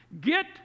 get